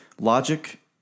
Logic